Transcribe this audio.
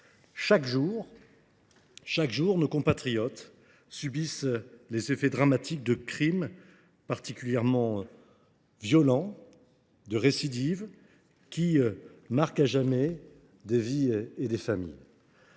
Chaque jour, nos compatriotes subissent les effets dramatiques de crimes particulièrement violents ou de récidives qui marquent à jamais des vies et des familles.